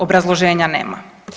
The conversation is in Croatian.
Obrazloženja nema.